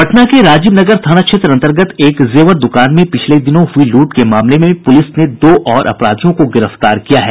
पटना के राजीव नगर थाना क्षेत्र अंतगर्त एक जेवर दुकान में पिछले दिनों हुई लूट के मामले में पुलिस ने दो और अपराधियों को गिरफ्तार किया है